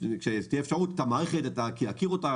כאשר תהיה אפשרות את המערכת, שתכיר אותה.